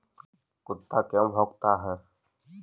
कुत्ता क्यों भौंकता है?